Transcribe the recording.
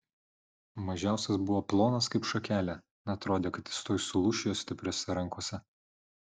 mažiausias buvo plonas kaip šakelė atrodė kad jis tuoj sulūš jo stipriose rankose